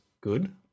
good